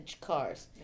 cars